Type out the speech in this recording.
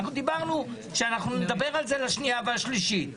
אנחנו דיברנו על זה שנדבר על זה בשנייה והשלישית.